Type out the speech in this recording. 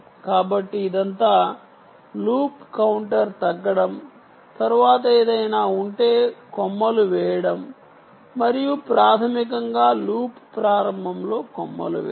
కాబట్టి ఇదంతా loop counter తగ్గడం తరువాత ఏదైనా ఉంటే కొమ్మలు వేయడం మరియు ప్రాథమికంగా లూప్ ప్రారంభంలో కొమ్మలు వేయడం